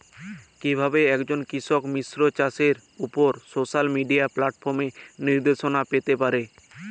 কিভাবে একজন কৃষক মিশ্র চাষের উপর সোশ্যাল মিডিয়া প্ল্যাটফর্মে নির্দেশনা পেতে পারে?